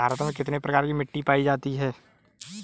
भारत में कितने प्रकार की मिट्टी पायी जाती है?